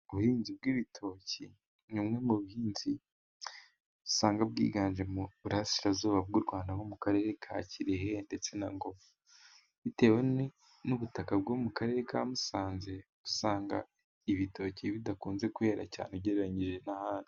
Ubuhinzi bw'ibitoki ni bumwe mu buhinzi usanga bwiganje mu burasirazuba bw'u Rwanda ho mu karere ka Kirehe ndetse na Ngoma. Bitewe n'ubutaka bwo mu karere ka Musanze usanga ibitoki bidakunze kuhera cyane ugereranyije n'ahandi.